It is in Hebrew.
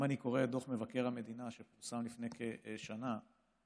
אם אני קורא את דוח מבקר המדינה שפורסם לפני כשנה על